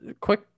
quick